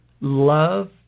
love